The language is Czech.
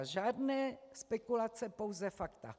Žádné spekulace, pouze fakta.